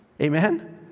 Amen